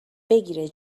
بگیره